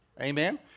Amen